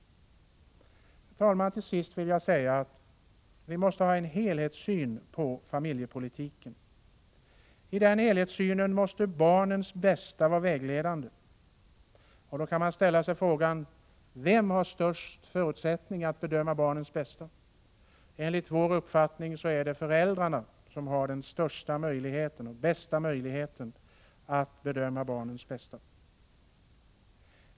Herr talman! Till sist vill jag säga att man måste ha en helhetssyn på familjepolitiken och att i denna helhetssyn barnets bästa måste vara vägledande. Man kan då ställa sig frågan vem som har de största förutsättningarna att bedöma barnens bästa. Enligt vår uppfattning är det föräldrarna som har den största möjligheten att bedöma barnens bästa.